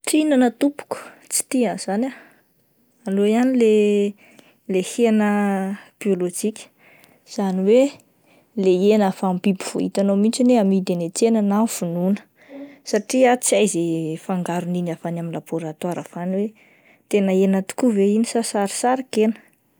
Tsy hihinana tompoko, tsy tia an'izany ah, aleo ihany le le hena biôlojika izany hoe ilay hena avy amin'ny biby vao hitanao mihintsy hoe amidy eny an-tsena na vonoina satria ah tsy hay izay fangaroniny avy any amin'ny labôratoara avy any hoe tena hena tokoa ve iny sa sarisarin-kena.